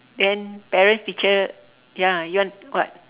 then parents teacher ya you want what